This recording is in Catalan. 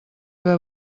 haver